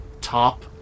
top